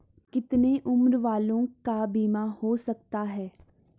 कितने उम्र वालों का बीमा हो सकता है?